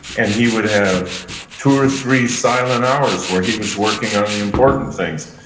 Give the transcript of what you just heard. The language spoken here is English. and he would have two or three silent hours where he was working on the important things.